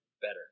better